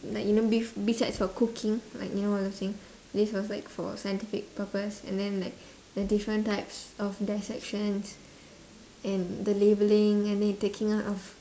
like you know bef~ besides for cooking like you know all those thing this was like for scientific purpose and then like the different types of dissections and the labelling and then taking out of